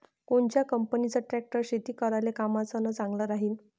कोनच्या कंपनीचा ट्रॅक्टर शेती करायले कामाचे अन चांगला राहीनं?